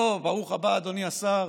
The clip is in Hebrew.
ברוך הבא, אדוני השר.